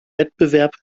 wettbewerb